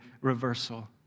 reversal